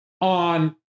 on